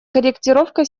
корректировка